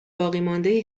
باقیمانده